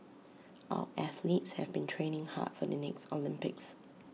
our athletes have been training hard for the next Olympics